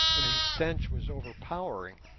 and whose stench was overpowering.